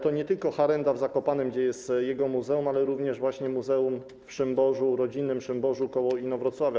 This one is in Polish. To nie tylko „Harenda” w Zakopanem, gdzie jest jego muzeum, ale to również właśnie muzeum w Szymborzu, rodzinnym Szymborzu koło Inowrocławia.